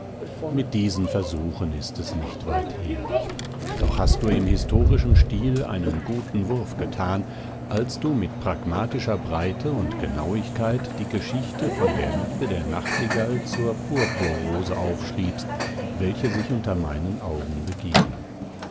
mit diesen versuchen ist es nicht weit her doch hast du im historischen stil einen guten wurf getan als du mit pragmatischer breite und genauigkeit die geschichte von der liebe der nachtigall zur purpurrose aufschriebst welche sich unter meinen augen begeben